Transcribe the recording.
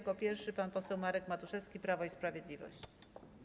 Jako pierwszy pan poseł Marek Matuszewski, Prawo i Sprawiedliwość.